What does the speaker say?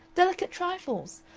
delicate trifles!